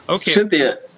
Cynthia